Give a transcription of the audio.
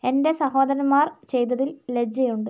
എൻ്റെ സഹോദരന്മാർ ചെയ്തതിൽ ലജ്ജയുണ്ട്